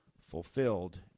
fulfilled